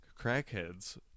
crackheads